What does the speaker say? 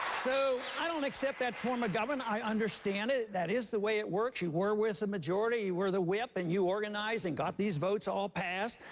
so, i don't accept that form government. i understand it. that is the way it works. you were with the majority. you were the whip and you organized and got these votes all passed.